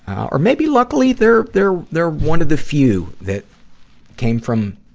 or maybe, luckily, they're, they're, they're one of the few that came from,